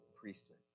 priesthood